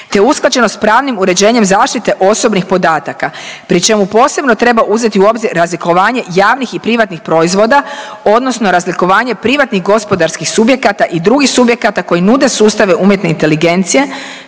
te usklađenost s pravnim uređenjem zaštite osobnih podataka, pri čemu posebno treba uzeti u obzir razlikovanje javnih i privatnih proizvoda odnosno razlikovanje privatnih gospodarskih subjekata i drugih subjekata koji nude sustave umjetne inteligencije